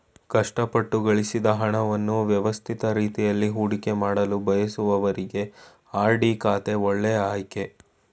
ಕಷ್ಟಪಟ್ಟು ಗಳಿಸಿದ ಹಣವನ್ನು ವ್ಯವಸ್ಥಿತ ರೀತಿಯಲ್ಲಿ ಹೂಡಿಕೆಮಾಡಲು ಬಯಸುವವರಿಗೆ ಆರ್.ಡಿ ಖಾತೆ ಒಳ್ಳೆ ಆಯ್ಕೆ